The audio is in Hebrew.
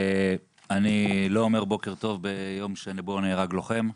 אני לא אומר בוקר טוב ביום שבו נהרג לוחם.